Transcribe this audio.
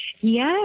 Yes